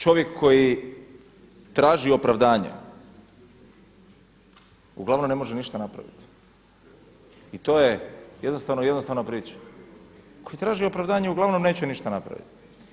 Izgovori, čovjek koji traži opravdanje uglavnom ne može ništa napraviti i to je jednostavno jednostavna priča, koji traži opravdanje uglavnom neće ništa napraviti.